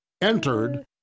entered